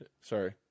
sorry